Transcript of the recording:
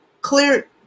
clear